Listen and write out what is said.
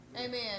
Amen